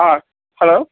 hello